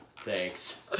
Thanks